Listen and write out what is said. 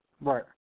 Right